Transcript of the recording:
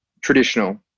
traditional